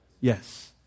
Yes